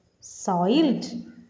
Soiled